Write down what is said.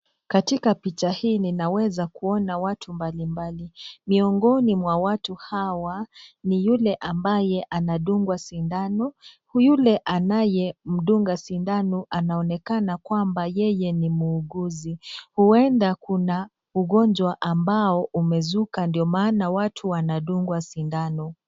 Katika picha ninaweza kuona watu mbalimbali. Miongoni mwa watu hawa, ni yule ambaye anadungwa sindano . Yule anayemdunga sindano anaonekana kwamba yeye ni muuguzi. Huenda kuna ugonjwa ambao umezuka ndio maana watu wanadungwa sindano.